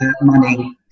money